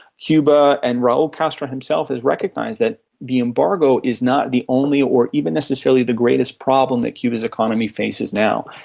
cuba and raul castro himself has recognised that the embargo is not the only or even necessarily the greatest problem that cuba's economy faces now.